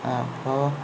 അപ്പോൾ